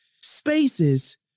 spaces